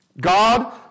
God